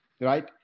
right